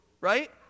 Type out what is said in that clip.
right